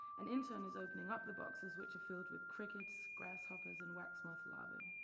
an intern is opening up the boxes which are filled with crickets, grasshoppers, and wax moth larvae.